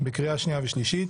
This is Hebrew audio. בקריאה שנייה ושלישית.